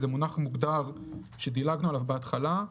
זה מונח מוגדר שדילגנו עליו בהתחלה.